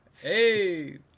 Hey